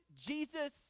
Jesus